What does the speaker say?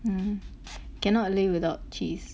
yeah mm cannot live without cheese